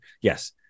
Yes